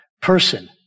person